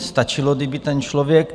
Stačilo, kdyby ten člověk...